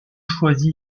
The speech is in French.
choisi